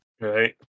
Right